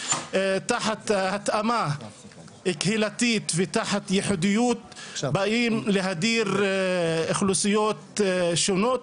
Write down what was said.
תחת התאמה קהילתית ותחת ייחודיות באים להדיר אוכלוסיות שונות.